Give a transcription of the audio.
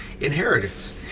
inheritance